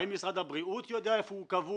האם משרד הבריאות יודע איפה הוא קבור?